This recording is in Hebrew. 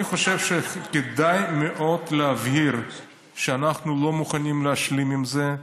אני חושב שכדאי מאוד להבהיר שאנחנו לא מוכנים להשלים עם זה.